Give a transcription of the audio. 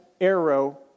arrow